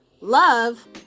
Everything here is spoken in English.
love